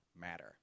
matter